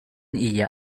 hija